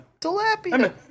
Tilapia